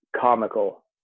comical